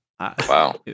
Wow